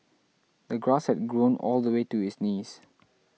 the grass had grown all the way to his knees